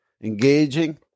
engaging